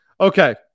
okay